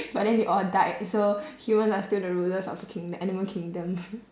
but then they all died so humans are still the rulers of the king~ the animal kingdom